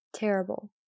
Terrible